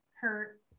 hurt